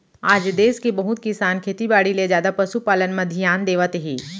आज देस के बहुत किसान खेती बाड़ी ले जादा पसु पालन म धियान देवत हें